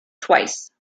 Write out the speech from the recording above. twice